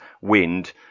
wind